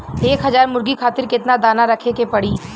एक हज़ार मुर्गी खातिर केतना दाना रखे के पड़ी?